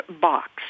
box